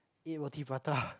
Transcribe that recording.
eat Roti-Prata